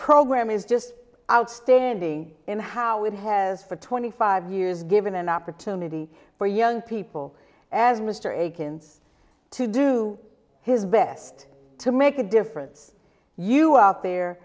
program is just outstanding in how it has for twenty five years given an opportunity for young people as mr akin's to do his best to make a difference you out there